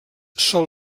sol